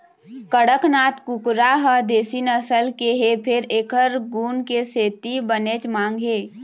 कड़कनाथ कुकरा ह देशी नसल के हे फेर एखर गुन के सेती बनेच मांग हे